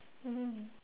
mm